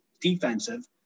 defensive